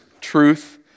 truth